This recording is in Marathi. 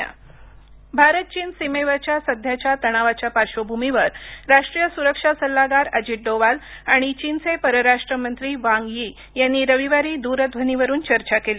अजित डोवाल भारत चीन सीमेवरच्या सध्याच्या तणावाच्या पार्श्वभूमीवर राष्ट्रीय सुरक्षा सल्लागार अजित डोवाल आणि चीनचे परराष्ट्र मंत्री वांग यी यांनी रविवारी द्रध्वनीवरून चर्चा केली